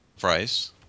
price